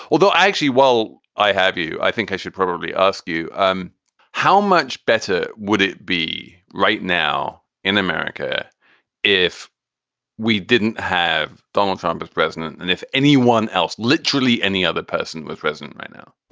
although actually, while i have you, i think i should probably ask you, um how much better would it be right now in america if we didn't have donald trump as president? and if anyone else, literally any other person with president right now,